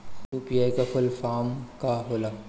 UPI का full form का होला?